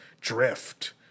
drift